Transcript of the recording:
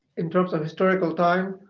in terms of historical time,